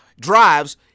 drives